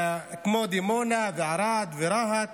כמו דימונה, ערד ורהט.